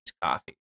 coffee